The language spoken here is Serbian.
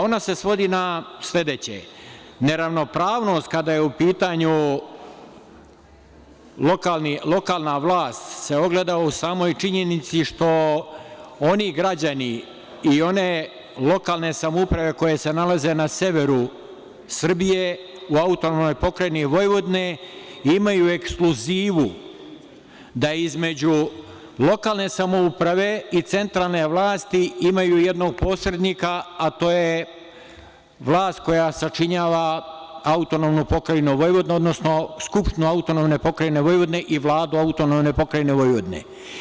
Ona se svodi na sledeće – neravnopravnost kada je u pitanju lokalna vlast se ogleda u samoj činjenici što oni građani i one lokalne samouprave koje se nalaze na severu Srbije, u AP Vojvodini, imaju ekskluzivu da između lokalne samouprave i centralne vlasti imaju jednog posrednika, a to je vlast koja sačinjava AP Vojvodinu, odnosno Skupštinu AP Vojvodine i Vladu AP Vojvodine.